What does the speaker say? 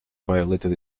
violated